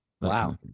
Wow